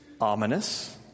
ominous